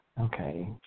Okay